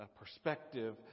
perspective